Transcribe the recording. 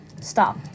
stop